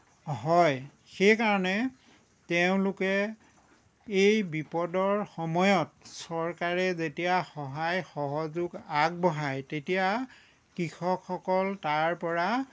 হয় সেইকাৰণে তেওঁলোকে এই বিপদৰ সময়ত চৰকাৰে যেতিয়া সহায় সহযোগ আগবঢ়ায় তেতিয়া কৃষকসকল তাৰ পৰা